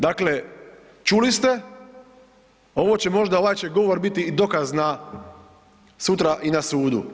Dakle, čuli ste, ovo će možda, ovaj će govor biti i dokaz na, sutra i na sudu.